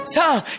time